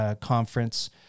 Conference